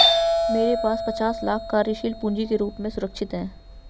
मेरे पास पचास लाख कार्यशील पूँजी के रूप में सुरक्षित हैं